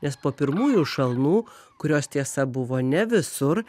nes po pirmųjų šalnų kurios tiesa buvo ne visur